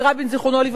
זיכרונו לברכה,